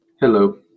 Hello